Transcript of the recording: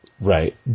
Right